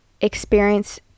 experience